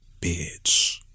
bitch